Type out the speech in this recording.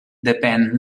depèn